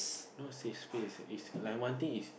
not save space like one thing is